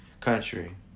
Country